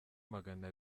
magana